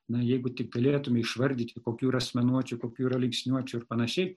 na jeigu tik galėtume išvardyti kokių asmenuočių kokių yra linksniuočių ir panašiai